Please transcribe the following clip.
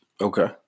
Okay